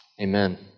Amen